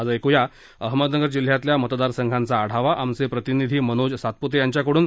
आज ऐकूया अहमदनगर जिल्ह्यातल्या मतदार संघांचा आढावा आमचे प्रतिनिधी मनोज सातपुते यांच्या कडून